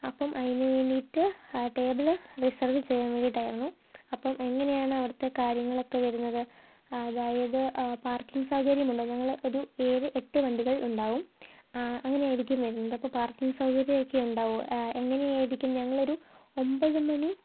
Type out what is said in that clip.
അപ്പം അതിന് വേണ്ടിയിട്ട് ആ ടേബിൾ റിസർവ് ചെയ്യാൻ വേണ്ടിയിട്ടായിരുന്നു അപ്പം എങ്ങനെയാണ് അവിടുത്തെ കാര്യങ്ങളൊക്കെ വരുന്നത് അതായത് പാർക്കിംഗ് സൗകര്യം ഉണ്ടോ ഞങ്ങൾ ഒരു ഏഴ് എട്ട് വണ്ടികൾ ഉണ്ടാവും അങ്ങനെയായിരിക്കും വരുന്നത് അപ്പം പാർക്കിംഗ് സൗകര്യം ഒക്കെ ഉണ്ടാവുമോ എങ്ങനെയായിരിക്കും ഞങ്ങളൊരു ഒമ്പത് മണി